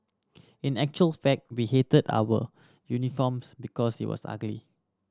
in actual fact we hated our uniforms because it was ugly